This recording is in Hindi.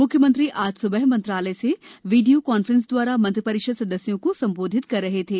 म्ख्यमंत्री आज स्बह मंत्रालय से वीडियो कांफ्रेंस दवारा मंत्री परिषद सदस्यों को संबोधित कर रहे थे